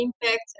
impact